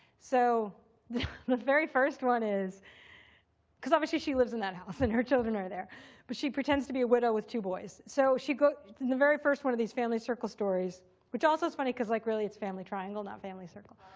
so the very first one is because obviously she lives in that house and her children are there but she pretends to be a widow with two boys. so in the very first one of these family circle stories which also is funny because like really it's family triangle not family circle.